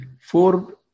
four